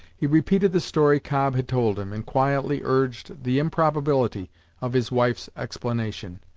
he repeated the story cobb had told him, and quietly urged the improbability of his wife's explanation.